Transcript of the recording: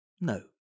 no